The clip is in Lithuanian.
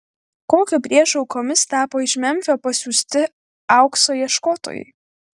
kokio priešo aukomis tapo iš memfio pasiųsti aukso ieškotojai